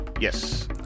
Yes